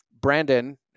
Brandon